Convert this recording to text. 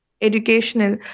educational